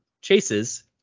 chases